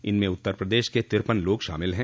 इनमें उत्तर प्रदेश के तिरपन लोग शामिल हैं